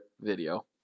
video